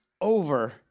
over